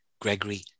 Gregory